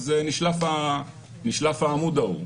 נשלף העמוד ההוא.